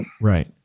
Right